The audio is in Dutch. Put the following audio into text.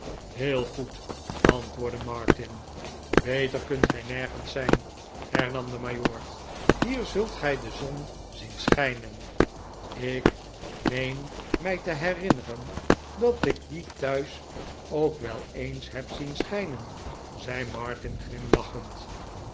heel goed antwoordde martin beter kunt gij nergens zijn hern am de majoor hier zult gij de zon zien schijnen ik meen mij te herinneren dat ik die thuis ook wel eens heb zien schijnen zei martin glimlachend